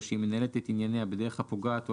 או שהיא מנהלת את ענייניה ומתן הוראותבדרך הפוגעת או